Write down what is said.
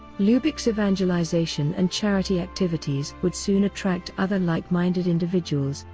lubich's evangelization and charity activities would soon attract other like-minded individuals,